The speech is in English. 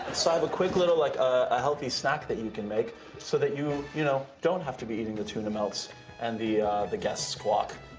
sort of quick little like ah healthy snack that you can make so you you know don't have to be eating the tune melts and the the guestguests guac.